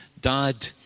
dad